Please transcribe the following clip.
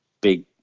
big